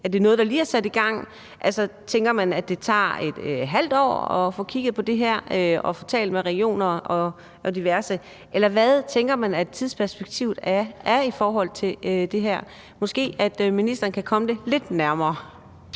er det noget, der lige er sat i gang, tænker man, at det tager et halvt år at få kigget på det her og få talt med regioner og diverse, eller hvad tænker man tidsperspektivet er i forhold til det her? Måske kan ministeren komme det lidt nærmere.